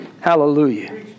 Hallelujah